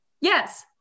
Yes